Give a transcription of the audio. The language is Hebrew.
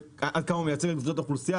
עד כמה הוא מייצג את קבוצות האוכלוסייה,